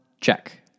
check